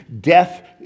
Death